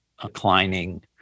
declining